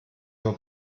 nur